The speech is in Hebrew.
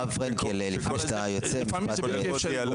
לפעמים זה בלתי אפשרי פה.